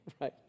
right